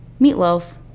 Meatloaf